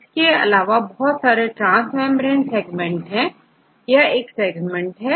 इसमें बहुत सारे ट्रांस मेंब्रेन सेगमेंट है यह एक सेगमेंट है